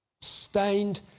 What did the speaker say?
stained